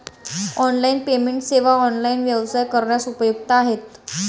online payment सेवा online व्यवसाय करण्यास उपयुक्त आहेत